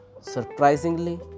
surprisingly